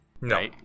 No